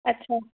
अच्छा